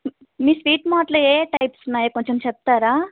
మీ స్వీట్మార్ట్లో ఏ ఏ టైప్స్ ఉన్నాయి కొంచం చెప్తారా